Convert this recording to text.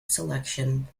selection